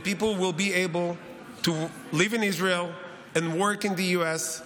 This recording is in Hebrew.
and people will be able to live in Israel and work in the US,